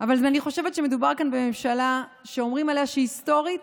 אבל אני חושבת שמדובר בממשלה שאומרים עליה שהיא היסטורית.